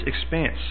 expanse